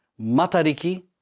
matariki